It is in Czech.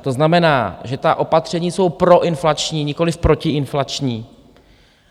To znamená, že ta opatření jsou proinflační, nikoliv protiinflační